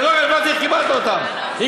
זה לא רלוונטי איך קיבלת אותן,